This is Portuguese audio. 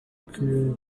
que